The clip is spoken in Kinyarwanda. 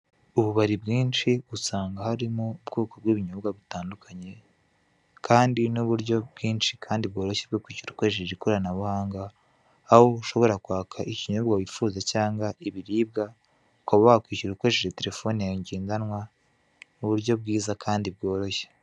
Mu bubari bwinshi usanga harimo ubwoko bw'ibinyobwa butandukanye, kandi n'uburyo bwinshi kandi bworoshye bwo kwishyura ukoresheje ikoranabuhanga, aho ushobora kwaka ikinyobwa wifuza cyangwa ibiribwa, ukaba wakwishyura ukoresheje telefone yawe ngendanwa, mu buryo bwiza kandi bworoshye.